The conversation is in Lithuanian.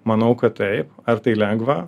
manau kad taip ar tai lengva